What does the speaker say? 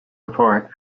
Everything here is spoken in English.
report